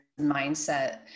mindset